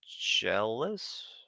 jealous